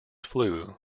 flu